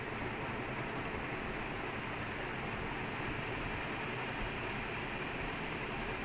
no it's because ya no you're speaking normal speaking rate is around eighty to hundred words per minute